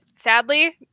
Sadly